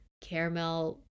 caramel